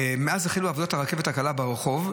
מאז החלו עבודות הרכבת הקלה ברחוב,